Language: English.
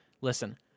Listen